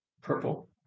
purple